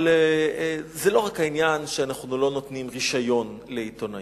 אבל זה לא רק העניין שאנחנו לא נותנים רשיון לעיתונאים,